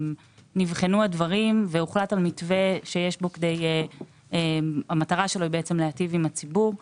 נבחנו הדברים והוחלט על מתווה שהמטרה שלו היא להיטיב עם הציבור.